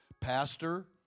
Pastor